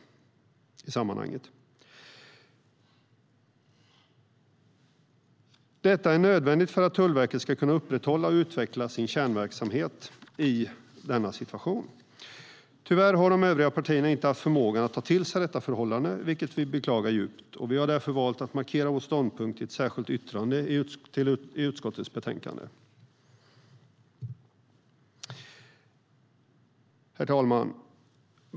Det är nödvändigt för att Tullverket ska kunna upprätthålla och utveckla sin kärnverksamhet i denna situation. Tyvärr har de övriga partierna inte haft förmåga att ta till sig det förhållandet, vilket vi beklagar djupt, och vi har därför valt att markera vår ståndpunkt i ett särskilt yttrande i utskottets betänkande. Herr talman!